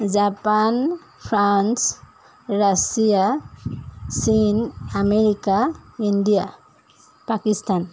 Japan France Russia চীন America India Pakistan